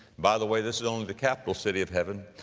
by the way, this is only the capital city of heaven,